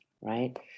right